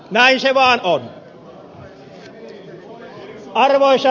näin se vaan on